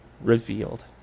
revealed